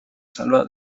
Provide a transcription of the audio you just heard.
salva